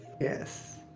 Yes